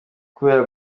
kubera